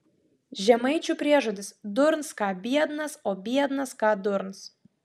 žemaičių priežodis durns ką biednas o biednas ką durns